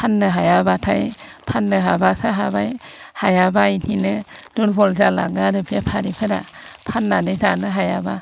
फाननो हायाबाथाय फाननो हाबासो हाबाय हायाबा बिदिनो दुर्ब'ल जालाङो आरो बेफारिफोरा फाननानै जानो हायाबा